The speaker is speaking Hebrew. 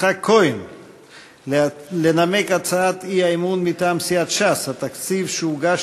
יצחק כהן לנמק הצעת אי-אמון מטעם סיעת ש"ס: התקציב שהוגש